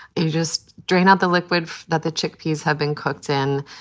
you just drain out the liquid that the chickpeas have been cooked in.